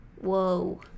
Whoa